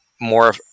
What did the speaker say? more